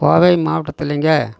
Kovai மாவட்டத்துலேங்க